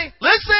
listen